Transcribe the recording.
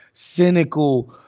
cynical,